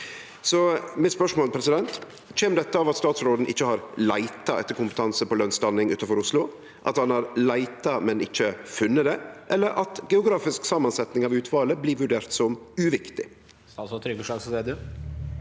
andre stader i Noreg. Kjem dette av at statsråden ikkje har leita etter kompetanse på lønnsdanning utanfor Oslo, at han har leita, men ikkje funne det, eller at geografisk samansetning av utvalet blir vurdert som uviktig?» Statsråd Trygve Slagsvold